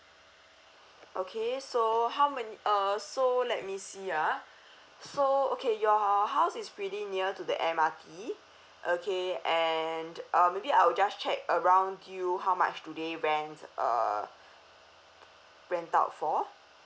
okay so how many uh so let me see ah so okay your house is really near to the M_R_T okay and um maybe I'll just check around you how much do they rent uh rent out for